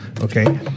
okay